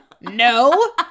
No